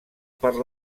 per